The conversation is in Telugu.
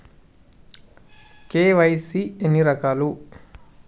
కే.వై.సీ ఎన్ని రకాలు?